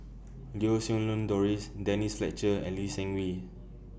Lau Siew Lang Doris Denise Fletcher and Lee Seng Wee